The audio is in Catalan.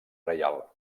reial